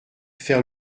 faire